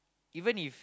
even if